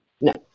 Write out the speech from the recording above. No